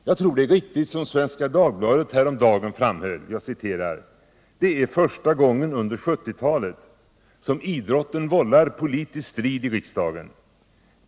Jag tror det är riktigt som man häromdagen framhöll i Svenska Dagbladet: ”Det är första gången under 70-talet som idrotten vållar politisk strid i riksdagen.